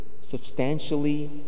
substantially